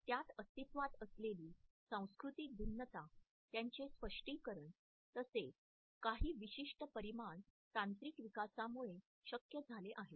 त्यात अस्तित्वात असलेली सांस्कृतिक भिन्नता त्याचे स्पष्टीकरण तसेच काही विशिष्ट परिमाण तांत्रिक विकासामुळे शक्य झाले आहेत